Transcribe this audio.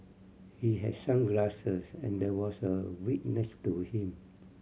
he had sunglasses and there was a wig next to him